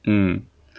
mm